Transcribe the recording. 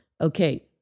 Okay